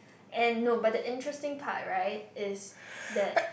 and no but the interesting part right is that